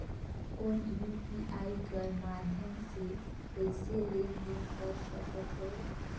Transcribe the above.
कौन यू.पी.आई कर माध्यम से कइसे लेन देन कर सकथव?